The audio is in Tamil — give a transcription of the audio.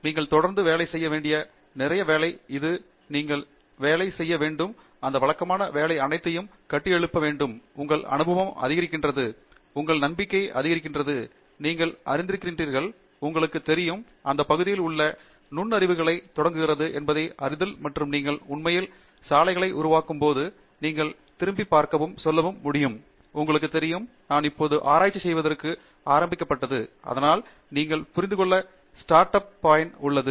நீங்கள் தொடர்ந்து வேலை செய்ய வேண்டிய நிறைய வேலை இது நீங்கள் வேலை செய்ய வேண்டும் அந்த வழக்கமான வேலை அனைத்தையும் கட்டியெழுப்ப வேண்டும் உங்கள் அனுபவம் அதிகரிக்கிறது உங்கள் அனுபவம் அதிகரிக்கிறது உங்கள் நம்பிக்கை அதிகரிக்கிறது நீங்கள் அறிந்திருக்கிறீர்கள் உங்களுக்குத் தெரியும் அந்த பகுதிக்குள் உள்ள நுண்ணறிவுகளைத் தொடங்குகிறது என்பதை அறிதல் மற்றும் நீங்கள் உண்மையில் சாலைகளை உருவாக்கும் போது நீங்கள் திரும்பிப் பார்க்கவும் சொல்லவும் முடியும் உங்களுக்கு தெரியும் நான் இப்போது ஆராய்ச்சி செய்வதற்கு ஆரம்பிக்கப்பட்டது அதனால் நீங்கள் புரிந்து கொள்ள வேண்டிய புள்ளி உள்ளது